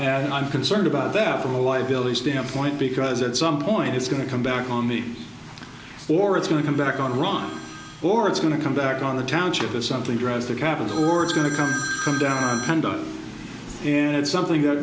so i'm concerned about that from a liability standpoint because at some point it's going to come back on me or it's going to come back on iran or it's going to come back on the township or something drastic happens or it's going to come down and it's something that